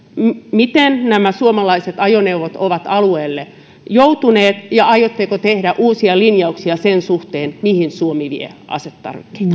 miten nämä suomalaiset ajoneuvot ovat alueelle joutuneet ja aiotteko tehdä uusia linjauksia sen suhteen mihin suomi vie asetarvikkeita